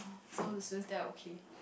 so the students there are okay